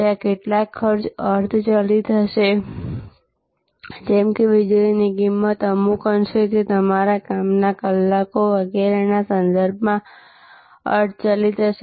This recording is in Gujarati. ત્યાં કેટલાક ખર્ચ અર્ધ ચલિત હશે જેમ કે વીજળીની કિંમત અમુક અંશે તે તમારા કામના કલાકો વગેરેના સંદર્ભમાં અર્ધ ચલિત હશે